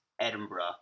Edinburgh